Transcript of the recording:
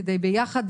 כדי ביחד